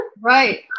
Right